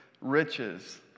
riches